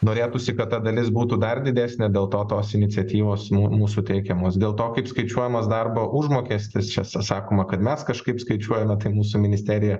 norėtųsi kad ta dalis būtų dar didesnė dėl to tos iniciatyvos mūsų teikiamos dėl to kaip skaičiuojamas darbo užmokestis čia sakoma kad mes kažkaip skaičiuojame tai mūsų ministerija